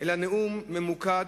אלא נאום ממוקד,